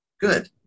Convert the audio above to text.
good